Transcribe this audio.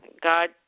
God